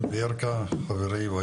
אשרף חלבי, בבקשה.